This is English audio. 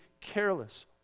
careless